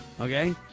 Okay